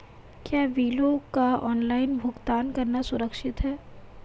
क्या बिलों का ऑनलाइन भुगतान करना सुरक्षित है?